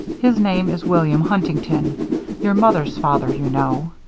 his name is william huntington your mother's father, you know.